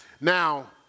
now